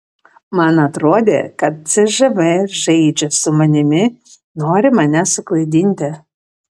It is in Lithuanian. man atrodė kad cžv žaidžia su manimi nori mane suklaidinti